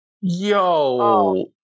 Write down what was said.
Yo